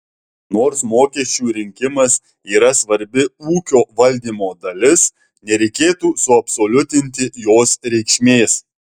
nors mokesčių rinkimas yra svarbi ūkio valdymo dalis nereikėtų suabsoliutinti jos reikšmės